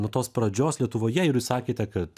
nuo tos pradžios lietuvoje ir jūs sakėte kad